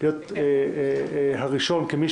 להיות הראשון כמי